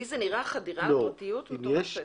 לי זה נראה חדירה לפרטיות מטורפת.